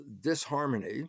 disharmony